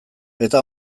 eta